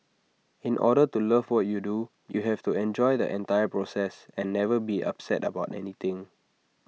in order to love what you do you have to enjoy the entire process and never be upset about anything